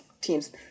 teams